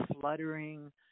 fluttering